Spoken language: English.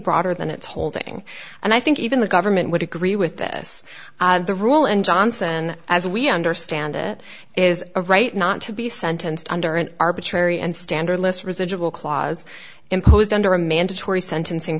broader than its holding and i think even the government would agree with this the rule and johnson as we understand it is a right not to be sentenced under an arbitrary and standardless residual clause imposed under a mandatory sentencing